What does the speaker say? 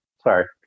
Sorry